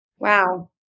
Wow